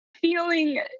feeling